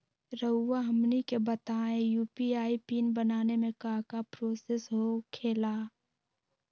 रहुआ हमनी के बताएं यू.पी.आई पिन बनाने में काका प्रोसेस हो खेला?